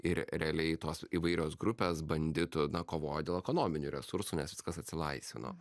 ir realiai tos įvairios grupės banditų na kovojo dėl ekonominių resursų nes viskas atsilaisvino